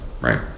right